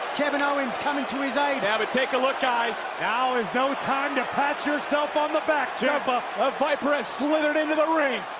kevin owens coming to his aid. yeah, but take a look guys, now is no time to pat yourself on the back ciampa, a viper has slithered into the ring.